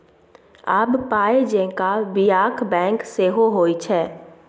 आब पाय जेंका बियाक बैंक सेहो होए छै